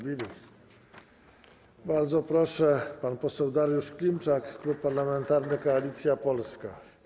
Bardzo proszę, pan poseł Dariusz Klimczak, Klub Parlamentarny Koalicja Polska.